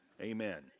Amen